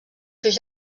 seus